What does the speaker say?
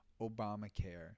Obamacare